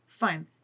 Fine